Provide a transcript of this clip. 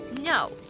No